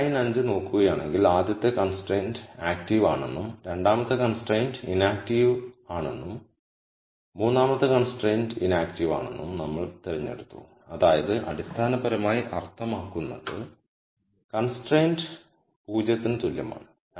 നിങ്ങൾ ലൈൻ 5 നോക്കുകയാണെങ്കിൽ ആദ്യത്തെ കൺസ്ട്രൈൻറ് ആക്റ്റീവ് ആണെന്നും രണ്ടാമത്തെ കൺസ്ട്രൈൻറ് ഇനാക്ടീവ് ആമാണെന്നും മൂന്നാമത്തെ കൺസ്ട്രൈൻറ് ഇനാക്ടീവ് ആണെന്നും നമ്മൾ തിരഞ്ഞെടുത്തു അതായത് അടിസ്ഥാനപരമായി അർത്ഥമാക്കുന്നത് കൺസ്ട്രൈൻറ് 0 ക്ക് തുല്യമാണ്